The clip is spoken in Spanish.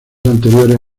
anteriores